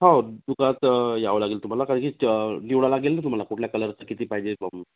हो दुकानात यावं लागेल तुम्हाला कारण की त्या निवडा लागेल ना तुम्हाला कुठल्या कलरचं किती पाहिजे